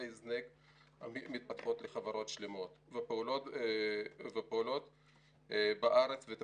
ההזנק המתפתחות לחברות שלמות הפועלות בארץ ואת